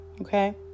Okay